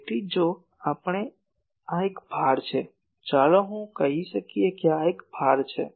તેથી જો આપણે આ એક ભાર છે ચાલો હું કહી શકીએ કે આ એક ભાર છે